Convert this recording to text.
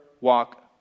walk